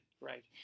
Right